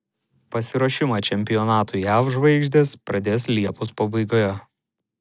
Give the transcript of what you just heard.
pasiruošimą čempionatui jav žvaigždės pradės liepos pabaigoje